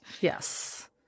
Yes